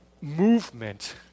movement